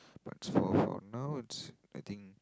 but for for now it's I think